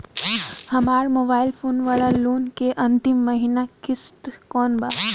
हमार mobile phone वाला loan के अंतिम महिना किश्त कौन बा?